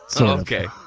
Okay